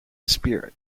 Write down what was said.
spirit